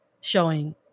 showing